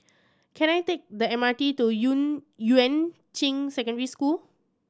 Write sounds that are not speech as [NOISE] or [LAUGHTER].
can I take the M R T to [UNINTELLIGIBLE] Yuan Ching Secondary School